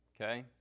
Okay